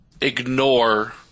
ignore